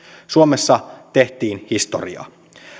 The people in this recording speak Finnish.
suomessa tehtiin historiaa